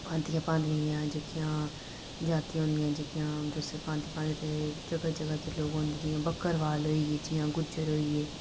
भांतियें भातियें दियां जेह्कियां जातियां होंदियां जेह्कियां तुस भांति भांति दे जगह जगह च लोक होंदे जियां बक्करवाल होइयै जियां गुज्जर होई गे